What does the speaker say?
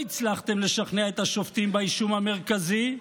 לא הצלחתם לשכנע את השופטים באישום המרכזי,